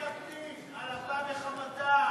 בוועדת הפנים על אפה וחמתה.